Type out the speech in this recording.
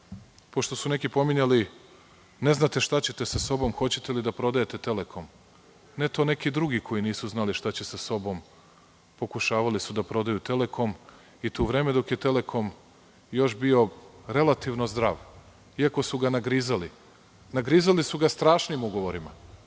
pošto su neki pominjali - ne znate šta ćete sa sobom, hoćete li da prodajete Telekom. Ne, to neki drugi koji nisu znali šta će sa sobom, pokušavali su da prodaju Telekom i to u vreme dok je Telekom još bio relativno zdrav iako su ga nagrizali. Nagrizali su ga strašnim ugovorima,